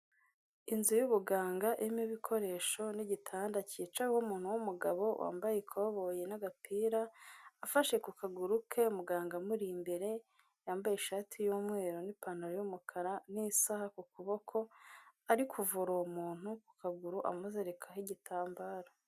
Inzu y'ubuganga irimo ibikoresho n'igitanda kicayeho umuntu w'umugabo wambaye ikoboyi n'agapira, afashe ku kaguru ke, muganga amuri imbere yambaye ishati y'umweru n'ipantaro y'umukara n'isaha ku kuboko, ari kuvura uwo muntu ku kaguru amuzirikaho igitambaro.